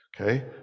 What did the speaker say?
okay